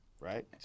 Right